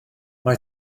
mae